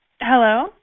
Hello